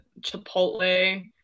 chipotle